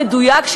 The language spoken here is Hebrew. מדויק,